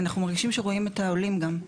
אנחנו מרגישים שרואים את העולים גם,